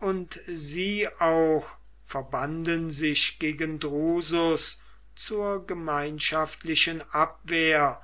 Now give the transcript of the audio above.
und sie auch verbanden sich gegen drusus zur gemeinschaftlichen abwehr